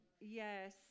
Yes